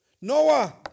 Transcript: Noah